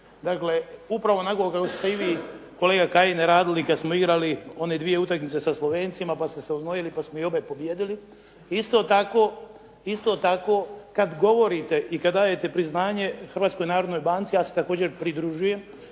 Dakle, upravo onako kako ste i vi kolega Kajin radili kada smo igrali one dvije utakmice sa Slovencima, pa ste se uznojili, pa smo ih opet pobijedili. Isto tako, kad govorite i kad dajete priznanje Hrvatskoj narodnoj banci, ja se također pridružujem,